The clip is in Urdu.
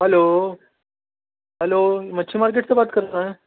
ہیلو ہیلو مچھی پارکیٹ سے بات رکر رہے ہیں